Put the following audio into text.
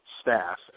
staff